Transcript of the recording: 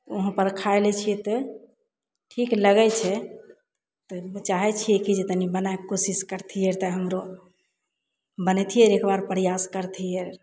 उहाँपर खाय लै छियै तऽ ठीक लगय छै तऽ चाहय छियै कि जे तनी बना कऽ कोशिश करतियै तऽ हमरो बनेतियै एकबार प्रयास करतियै